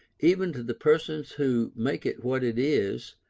even to the persons who make it what it is,